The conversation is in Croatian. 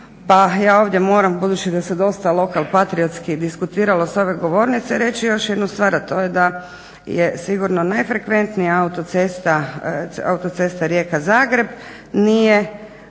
pa ja ovdje moram budući da se dosta lokalpatriotski diskutiralo s ove govornice reći još jednu stvar, a to je da je sigurno najfrekventnija autocesta Rijeka-Zagreb